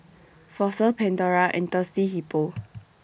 Fossil Pandora and Thirsty Hippo